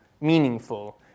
meaningful